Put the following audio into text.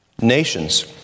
nations